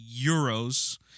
euros